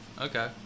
Okay